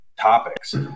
topics